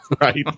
right